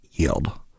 yield